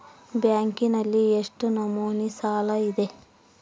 ಬ್ಯಾಂಕಿನಲ್ಲಿ ಎಷ್ಟು ನಮೂನೆ ಸಾಲ ಇದೆ?